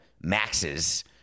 maxes